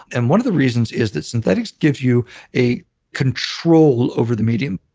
and one of the reasons is that synthetics gives you a control over the medium